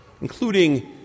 including